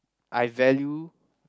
I value